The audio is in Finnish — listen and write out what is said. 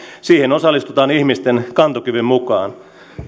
siihen osallistutaan ihmisten kantokyvyn mukaan